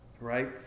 right